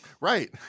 Right